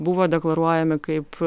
buvo deklaruojami kaip